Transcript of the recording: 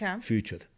future